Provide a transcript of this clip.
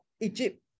Egypt